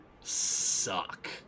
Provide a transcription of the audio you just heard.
suck